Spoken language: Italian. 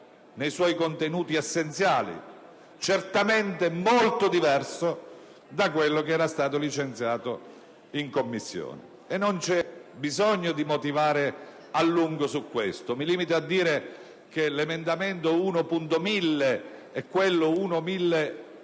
nei suoi contenuti essenziali, certamente molto diverso da quello che era stato licenziato in Commissione. Non c'è bisogno di motivare a lungo questo aspetto: mi limito a dire che gli emendamenti 1.1000 e 1.1001